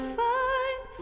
find